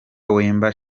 wemba